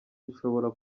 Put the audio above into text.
bishobora